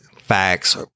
facts